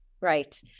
Right